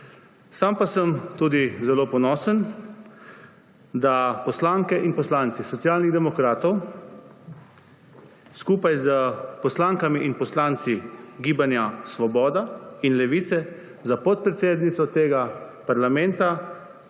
Sam pa sem tudi zelo ponosen, da poslanke in poslanci Socialnih demokratov skupaj s poslankami in poslanci Gibanja Svoboda in Levice za podpredsednico tega parlamenta